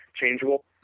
changeable